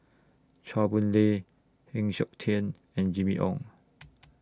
Chua Boon Lay Heng Siok Tian and Jimmy Ong